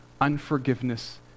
unforgiveness